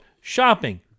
shopping